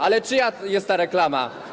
Ale czyja jest ta reklama?